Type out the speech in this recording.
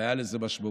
הייתה לזה משמעות.